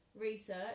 research